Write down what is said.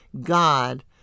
God